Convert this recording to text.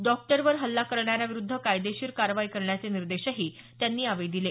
डॉक्टरवर हल्ला करणाऱ्याविरुद्ध कायदेशीर कारवाई करण्याचे निर्देशही त्यांनी यावेळी दिले